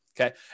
okay